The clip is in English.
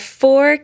four